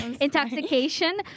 intoxication